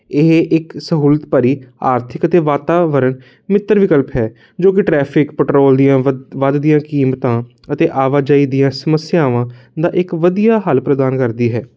ਇਹ ਇੱਕ ਸਹੂਲਤ ਭਰੀ ਆਰਥਿਕ ਅਤੇ ਵਾਤਾਵਰਨ ਮਿੱਤਰ ਵਿਕਲਪ ਹੈ ਜੋ ਕਿ ਟਰੈਫਿਕ ਪੈਟਰੋਲ ਦੀਆਂ ਵ ਵੱਧਦੀਆਂ ਕੀਮਤਾਂ ਅਤੇ ਆਵਾਜਾਈ ਦੀਆਂ ਸਮੱਸਿਆਵਾਂ ਦਾ ਇੱਕ ਵਧੀਆ ਹੱਲ ਪ੍ਰਦਾਨ ਕਰਦੀ ਹੈ